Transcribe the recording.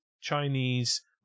Chinese